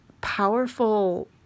powerful